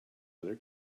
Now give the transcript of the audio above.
other